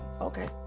Okay